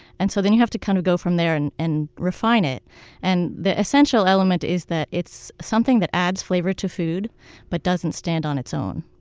and so you have to kind of go from there and and refine it and the essential element is that it's something that adds flavor to food but doesn't stand on its own.